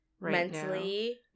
mentally